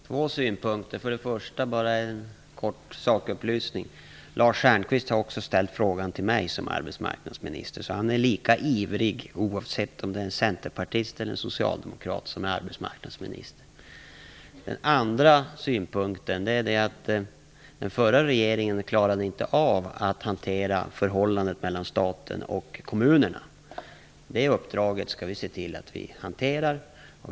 Fru talman! Jag har två synpunkter. Den första är en kort sakupplysning. Lars Stjernkvist har också ställt frågan till mig som arbetsmarknadsminister. Han är lika ivrig oavsett om det är en centerpartist eller en socialdemokrat som är arbetsmarknadsminister. Den andra synpunkten är att den förra regeringen inte klarade av att hantera förhållandet mellan staten och kommunerna. Det uppdraget skall vi se till att vi hanterar.